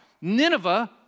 Nineveh